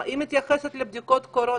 היא מתייחסת לבדיקות קורונה,